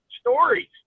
stories